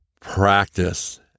practice